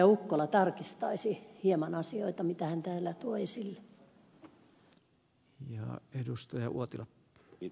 ukkola tarkistaisi hieman asioita joita hän täällä tuo esille